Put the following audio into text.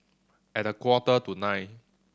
at a quarter to nine